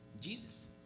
Jesus